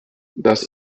das